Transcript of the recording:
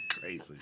crazy